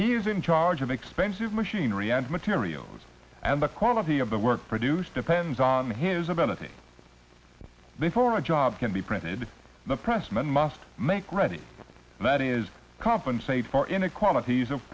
he is in charge of expensive machinery and materials and the quality of the work produced depends on his ability therefore a job can be printed the price men must make ready and that is compensate for inequalities